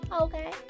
okay